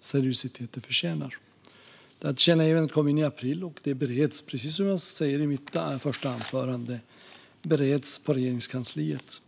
seriositet de förtjänar. Tillkännagivandet kom in i april, och det bereds, precis som jag sa i mitt första anförande, på Regeringskansliet.